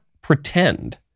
pretend